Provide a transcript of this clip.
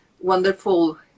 wonderful